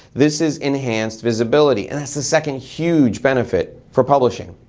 this is enhanced visibility and that's the second huge benefit for publishing.